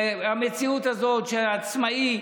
והמציאות הזאת של עצמאי,